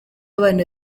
abana